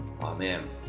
amen